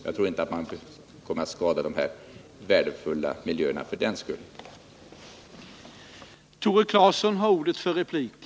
Jag tror inte att man för den skull kommer att förstöra den här värdefulla miljön.